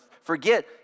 forget